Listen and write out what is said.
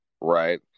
Right